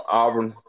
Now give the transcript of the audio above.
Auburn